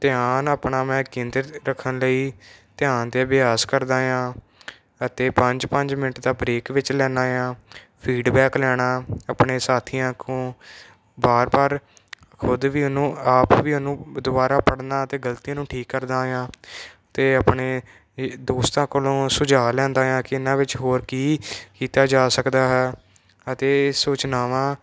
ਧਿਆਨ ਆਪਣਾ ਮੈਂ ਕੇਂਦਰ ਰੱਖਣ ਲਈ ਧਿਆਨ ਦੇ ਅਭਿਆਸ ਕਰਦਾ ਹਾਂ ਅਤੇ ਪੰਜ ਪੰਜ ਮਿੰਟ ਦਾ ਬਰੇਕ ਵਿੱਚ ਲੈਂਦਾ ਹਾਂ ਫੀਡਬੈਕ ਲੈਣਾ ਆਪਣੇ ਸਾਥੀਆਂ ਕੋਲ ਬਾਰ ਬਾਰ ਖੁਦ ਵੀ ਉਹਨੂੰ ਆਪ ਵੀ ਉਹਨੂੰ ਦੁਬਾਰਾ ਪੜ੍ਹਨਾ ਅਤੇ ਗਲਤੀ ਨੂੰ ਠੀਕ ਕਰਦਾ ਹਾਂ ਅਤੇ ਆਪਣੇ ਦੋਸਤਾਂ ਕੋਲੋਂ ਸੁਝਾਅ ਲੈਂਦਾ ਆ ਕਿ ਇਹਨਾਂ ਵਿੱਚ ਹੋਰ ਕੀ ਕੀਤਾ ਜਾ ਸਕਦਾ ਹੈ ਅਤੇ ਸੂਚਨਾਵਾਂ